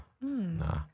Nah